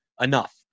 enough